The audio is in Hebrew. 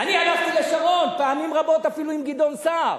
אני הלכתי לשרון, פעמים רבות אפילו עם גדעון סער.